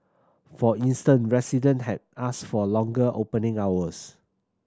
for instance resident had asked for longer opening hours